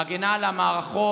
מגינה על המערכות